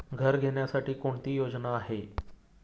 घर घेण्यासाठी कोणती योजना आहे?